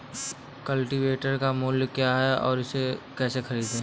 Cultivator का मूल्य क्या है और इसे कैसे खरीदें?